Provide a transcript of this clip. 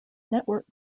network